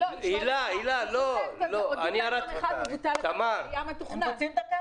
--- הם רוצים את הקו?